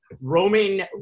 Roman